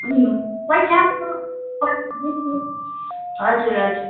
पैसा नि पठाउँदै छु हजुर हजुर